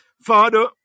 Father